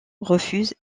refusent